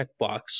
checkbox